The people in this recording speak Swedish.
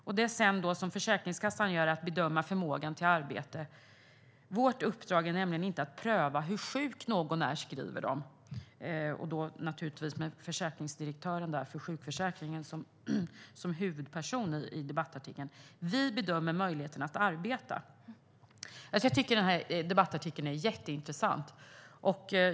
Det är sedan Försäkringskassan som bedömer förmågan till arbete. Vårt uppdrag är nämligen inte att pröva hur sjuk någon är - vi bedömer möjligheten att arbeta." Det är naturligtvis försäkringsdirektören för sjukförsäkringen som är huvudperson i debattartikeln. Jag tycker att debattartikeln är jätteintressant.